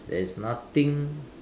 there is nothing